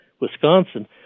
Wisconsin